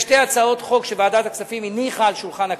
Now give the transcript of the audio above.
יש שתי הצעות חוק שוועדת הכספים הניחה על שולחן הכנסת.